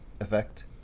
effect